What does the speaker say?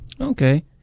Okay